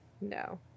No